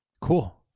Cool